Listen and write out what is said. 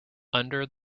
under